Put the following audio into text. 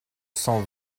cent